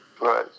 Right